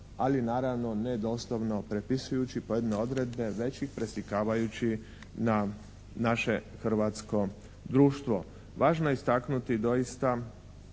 ali naravno ne doslovno prepisujući pojedine odredbe već ih preslikavajući na naše hrvatsko društvo. Važno je istaknuti doista